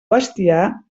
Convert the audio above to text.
bestiar